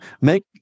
make